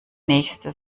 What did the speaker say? nächste